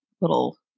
little